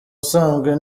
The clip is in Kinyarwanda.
usanzwe